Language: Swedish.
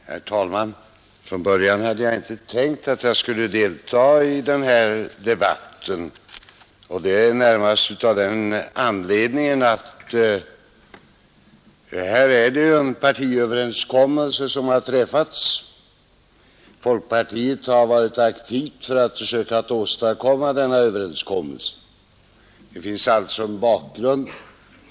Herr talman! Från början hade jag inte tänkt delta i denna debatt, närmast av den anledningen att en partiöverenskommelse har träffats. Folkpartiet har varit aktivt för att försöka åstadkomma denna överenskommelse — det finns alltså en bakgrund därvidlag.